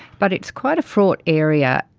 but it's quite a fraught area,